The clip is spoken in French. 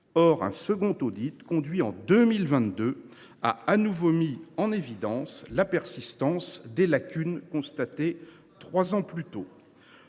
et un second audit, conduit en 2022, a mis en évidence la persistance des lacunes constatées trois ans plus tôt.